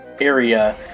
area